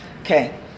Okay